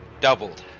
doubled